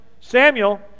Samuel